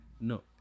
no